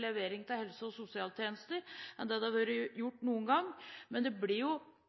levering av helse- og sosialtjenester enn det har vært gjort noen gang, men det